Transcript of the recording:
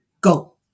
go